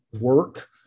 work